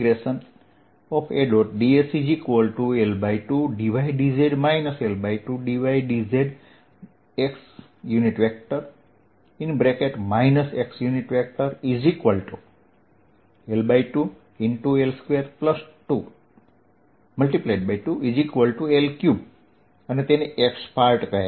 ds L2dydz L2dydzx xL2L2×2L3 તેને x part કહે છે